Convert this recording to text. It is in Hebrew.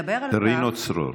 אצל רינו צרור.